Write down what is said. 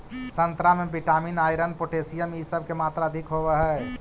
संतरा में vitamin, iron, potassium इ सब के मात्रा अधिक होवऽ हई